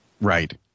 Right